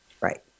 Right